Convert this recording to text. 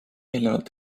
eelnevalt